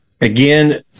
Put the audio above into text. again